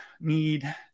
need